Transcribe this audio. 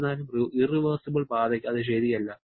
എന്നിരുന്നാലും ഇറവെഴ്സിബിൾ പാതയ്ക്ക് അത് ശരിയല്ല